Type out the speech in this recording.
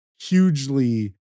hugely